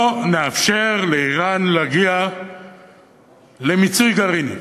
לא נאפשר לאיראן להגיע למיצוי גרעיני.